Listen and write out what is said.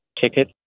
ticket